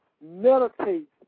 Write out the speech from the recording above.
meditate